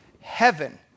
heaven